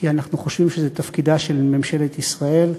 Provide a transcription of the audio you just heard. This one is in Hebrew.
כי אנחנו חושבים שזה תפקידה של ממשלת ישראל,